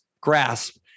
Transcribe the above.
grasp